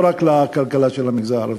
לא רק לכלכלה של המגזר הערבי.